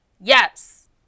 Yes